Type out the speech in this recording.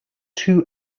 two